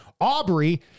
aubrey